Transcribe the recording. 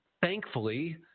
Thankfully